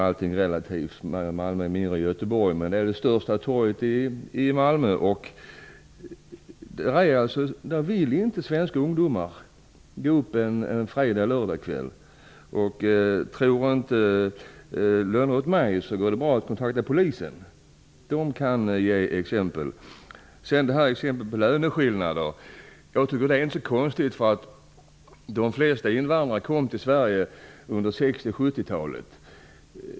Allting är ju relativt - Malmö är mindre än Göteborg. Men torget i Malmö är, som sagt, Malmös största torg. Svenska ungdomar går inte dit en fredag eller lördag kväll. Om Johan Lönnroth inte tror mig kan han kontakta Polisen. Där kan man ge exempel. När det gäller exemplet med löneskillnaderna tycker jag inte att det är så konstigt. De flesta invandrare kom ju till Sverige under 60 och 70-talen.